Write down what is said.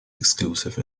exclusive